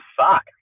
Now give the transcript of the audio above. suck